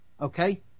Okay